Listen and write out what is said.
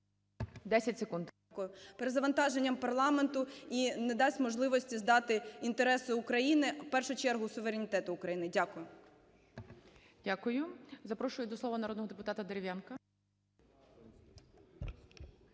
О.С … перезавантаженням парламенту, і не дасть можливості здати інтереси України, в першу чергу суверенітету України. Дякую. ГОЛОВУЮЧИЙ. Дякую. Запрошую до слова народного депутата Дерев'янка.